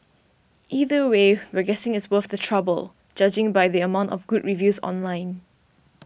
either way we're guessing it is worth the trouble judging by the amount of good reviews online